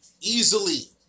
easily